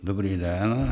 Dobrý den.